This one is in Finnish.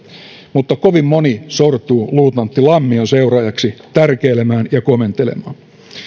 mutta kovin moni sortuu luutnantti lammion seuraajaksi tärkeilemään ja komentelemaan